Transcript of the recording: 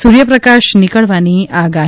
સુર્યપ્રકાશ નીકળવાની આગાહી